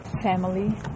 family